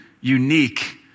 unique